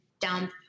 dump